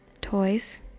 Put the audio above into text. toys